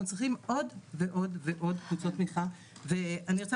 אנחנו צריכים עוד ועוד ועוד קבוצות תמיכה ואני רוצה